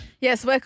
Yes